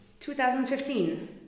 2015